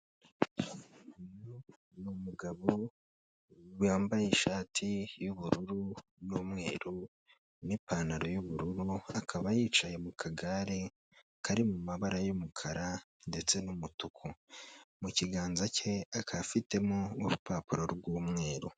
Uyu ni umugabo wambaye ishati y'ubururu n'umweru n'ipantaro y'ubururu, akaba yicaye mu kagare kari mu mabara y'umukara ndetse n'umutuku; mu kiganza cye akaba afitemo urupapuro rw'umweru.